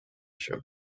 show